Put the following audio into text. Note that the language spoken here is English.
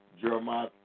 Jeremiah